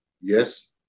Yes